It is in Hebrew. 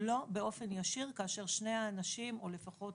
לא באופן ישיר, כאשר שני האנשים או לפחות